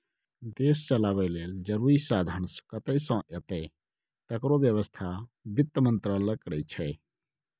देश चलाबय लेल जरुरी साधंश कतय सँ एतय तकरो बेबस्था बित्त मंत्रालय करै छै